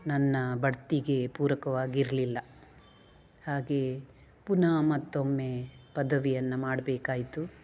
ನನ್ನ ಬಡ್ತಿಗೆ ಪೂರಕವಾಗಿರಲಿಲ್ಲ ಹಾಗೆ ಪುನಃ ಮತ್ತೊಮ್ಮೆ ಪದವಿಯನ್ನು ಮಾಡ್ಬೇಕಾಯಿತು